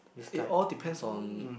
it all depends on